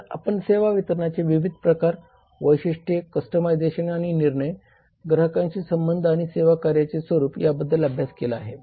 तर आपण सेवा वितरणाचे विविध प्रकार वैशिष्ट्ये कस्टमायझेशन आणि निर्णय ग्राहकांशी संबंध आणि सेवा कार्याचे स्वरूप याबद्दल अभ्यास केला आहे